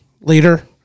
later